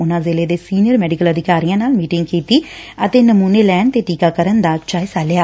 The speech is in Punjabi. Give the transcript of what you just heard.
ਉਨੂਾ ਜ਼ਿਲ੍ਹੇ ਦੇ ਸੀਨੀਅਰ ਮੈਡੀਕਲ ਅਧਿਕਾਰੀਆ ਨਾਲ ਮੀਟਿੰਗ ਕੀਤੀ ਅਤੇ ਨਮੁਨੇ ਲੈਣ ਤੇ ਟੀਕਾਕਰਨ ਦਾ ਜਾਇਜਾ ਲਿਆ